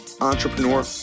entrepreneur